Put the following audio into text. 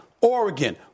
Oregon